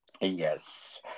Yes